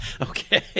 Okay